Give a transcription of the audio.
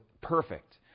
perfect